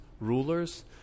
rulers